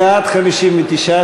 בעד, 59,